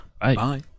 Bye